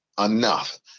enough